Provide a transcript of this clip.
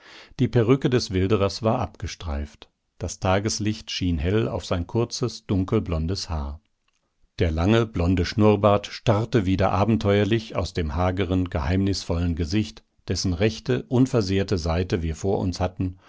die perücke des wilderers war abgestreift das tageslicht schien hell auf sein kurzes dunkelblondes haar der lange blonde schnurrbart starrte wieder abenteuerlich aus dem hageren geheimnisvollen gesicht dessen rechte unversehrte seite wir vor uns hatten